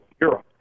Europe